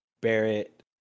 barrett